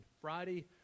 Friday